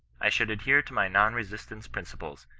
i should adhere to my non-resistance principles,